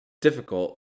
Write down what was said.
difficult